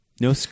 no